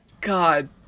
God